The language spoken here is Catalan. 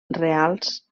reals